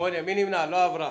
ההצעה לא נתקבלה